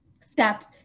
steps